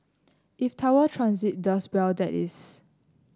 if Tower Transit does well that is